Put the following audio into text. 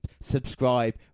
subscribe